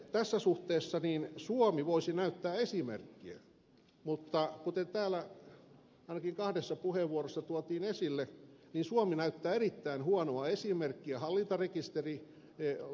tässä suhteessa suomi voisi näyttää esimerkkiä mutta kuten täällä ainakin kahdessa puheenvuorossa tuotiin esille suomi näyttää erittäin huonoa esimerkkiä hallintarekisterilainsäädännöllä